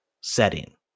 setting